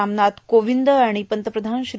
रामनाथ कोविंद आणि पंतप्रधान श्री